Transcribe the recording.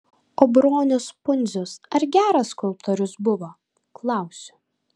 o bronius pundzius ar geras skulptorius buvo klausiu